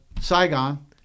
Saigon